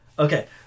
Okay